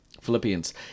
Philippians